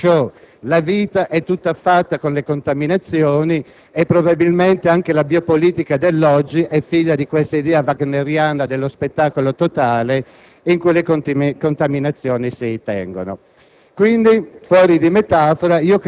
Nietzsche - nel senso che oggi lo *show* e la vita sono fatti tutti con le contaminazioni e probabilmente anche la biopolitica odierna è figlia di quest'idea wagneriana dello spettacolo totale in cui le contaminazioni si ripetono.